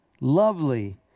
lovely